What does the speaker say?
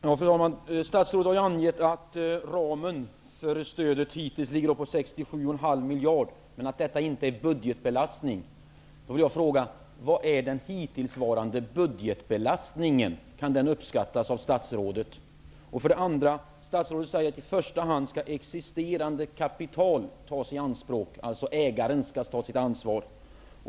Fru talman! Statsrådet har angett att ramen för stödet hittills ligger på 67,5 miljarder, som dock inte utgör någon budgetbelastning. Då vill jag för det första fråga: Kan statsrådet uppskatta hur stor den hittillsvarande budgetbelastningen är? För det andra: Statsrådet sade att existerande kapital i första hand skall tas i anspråk, dvs. att ägarna skall ta sitt ansvar.